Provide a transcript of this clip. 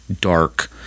dark